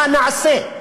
מה נעשה?